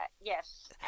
yes